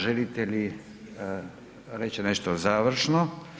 Želite li reći nešto završno?